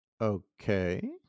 Okay